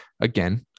again